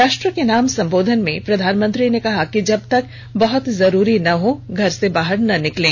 राष्ट्र के नाम सम्बोधन में प्रधानमंत्री ने कहा कि जब तक बहत जरूरी न हो घर से बाहर न निकलें